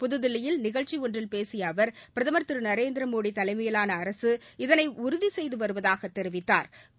புதுதில்லியில் நிகழ்ச்சி ஒன்றில் பேசிய அவர் பிரதம் நரேந்திரமோடி தலைமையிலான அரசு இதனை உறுதி செய்து வருவதாகத் தெரிவித்தாா்